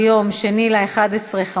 התוצאות: בעד, 24,